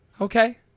Okay